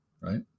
right